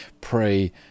pray